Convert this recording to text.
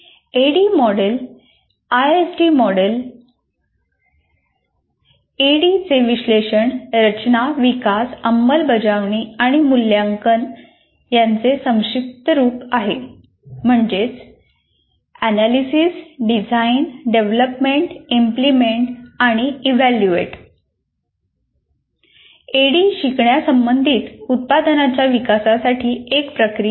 ऍडी model ISD model ADDIE हे विश्लेषण शिकण्या संबंधित उत्पादनाच्या विकासासाठी एक प्रक्रिया आहे